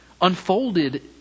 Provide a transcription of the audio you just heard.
unfolded